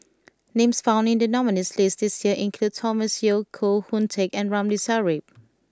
names found in the nominees' list this year include Thomas Yeo Koh Hoon Teck and Ramli Sarip